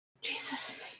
Jesus